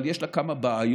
אבל יש לה כמה בעיות: